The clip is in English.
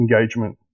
engagement